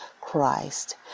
Christ